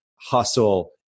hustle